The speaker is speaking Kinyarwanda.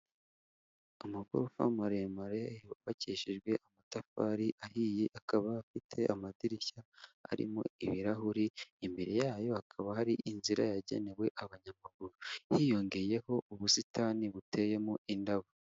Amagorofa maremare yubakishijwe amatafari ahiye akaba afite amadirishya arimo ibirahuri, imbere yayo hakaba hari inzira yagenewe abanyamaguru, hiyongeyeho ubusitani buteyemo indabo.